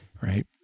right